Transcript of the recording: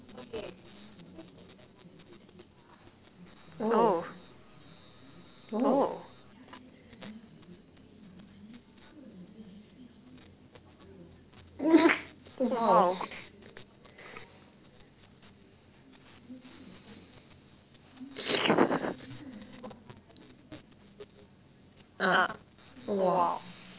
oh oh !oof! !wow! uh !whoa!